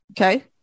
Okay